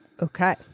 Okay